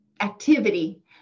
activity